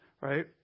right